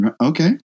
Okay